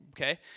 okay